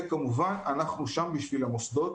וכמובן אנחנו שם בשביל המוסדות,